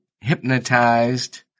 Hypnotized